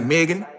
Megan